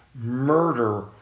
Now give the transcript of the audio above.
murder